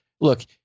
Look